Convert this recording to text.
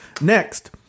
Next